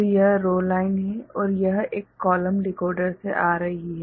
तो यह row line है और यह एक कॉलम डिकोडर से आ रही है